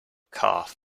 cough